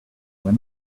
went